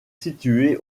situé